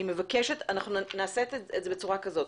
אם יש דברים שאנחנו משאירים אותם פתוחים,